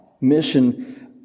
mission